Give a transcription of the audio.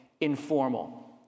informal